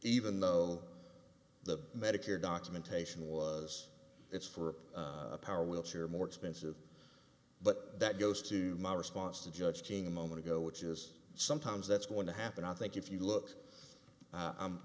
even though the medicare documentation was it's for a power wheelchair more expensive but that goes to my response to judging a moment ago which is sometimes that's going to happen i think if you look